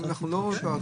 אנחנו יודעים